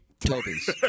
Toby's